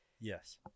Yes